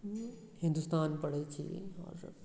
हिन्दुस्तान पढ़ैत छी आओर